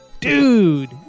Dude